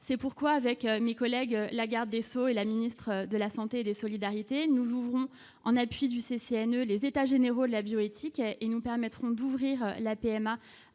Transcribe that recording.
c'est pourquoi, avec mes collègues, la garde des Sceaux et la ministre de la Santé et des solidarités, nous ouvrons en appui du CCNE les états généraux de la bioéthique et nous permettront d'ouvrir la PMA